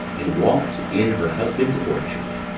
and walked in her husband's orchard.